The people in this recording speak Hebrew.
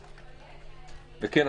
וכן,